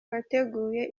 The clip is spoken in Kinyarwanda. wateguye